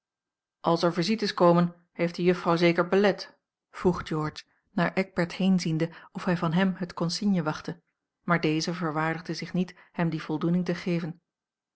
als er visites komen heeft de juffrouw zeker belet vroeg george naar eckbert heenziende of hij van hem het consigne wachtte maar deze verwaardigde zich niet hem die voldoening te geven